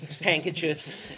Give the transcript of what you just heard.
handkerchiefs